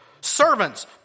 Servants